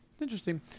interesting